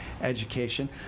education